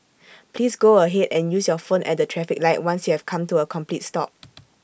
please go ahead and use your phone at the traffic light once you have come to A complete stop